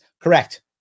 Correct